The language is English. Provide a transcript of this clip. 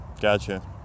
Gotcha